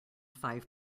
five